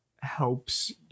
helps